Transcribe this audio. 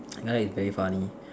the guy is very funny